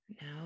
No